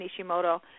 Nishimoto